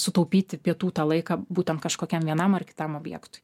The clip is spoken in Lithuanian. sutaupyti pietų tą laiką būtent kažkokiam vienam ar kitam objektui